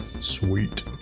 Sweet